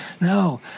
no